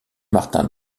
martin